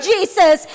Jesus